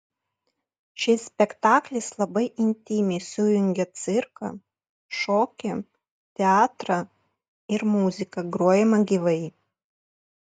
šis spektaklis labai intymiai sujungia cirką šokį teatrą ir muziką grojamą gyvai